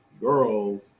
girls